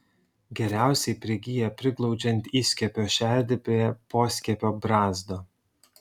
geriausiai prigyja priglaudžiant įskiepio šerdį prie poskiepio brazdo